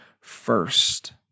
first